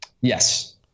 Yes